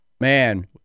Man